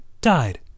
Died